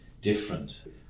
different